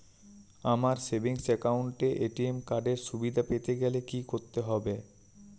আমার savings account এ ATM card এর সুবিধা পেতে গেলে কি করতে হবে?